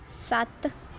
ਸੱਤ